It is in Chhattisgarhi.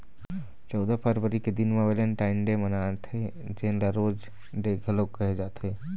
चउदा फरवरी के दिन म वेलेंटाइन डे मनाथे जेन ल रोज डे घलोक कहे जाथे